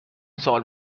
سوال